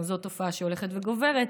גם זו תופעה שהולכת וגוברת,